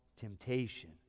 temptation